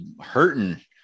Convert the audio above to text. hurting